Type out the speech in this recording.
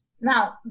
Now